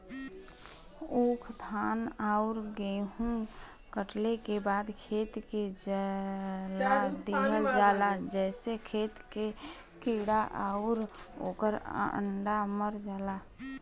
ऊख, धान आउर गेंहू कटले के बाद खेत के जला दिहल जाला जेसे खेत के कीड़ा आउर ओकर अंडा मर जाला